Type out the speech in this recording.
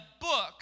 book